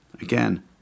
Again